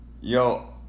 yo